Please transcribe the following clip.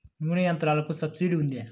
నూనె యంత్రాలకు సబ్సిడీ ఉందా?